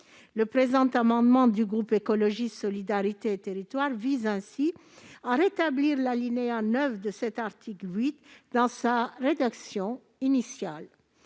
Le présent amendement du groupe Écologiste- Solidarité et Territoires vise donc à rétablir l'alinéa 9 de l'article 8 dans sa rédaction initiale.